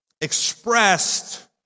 expressed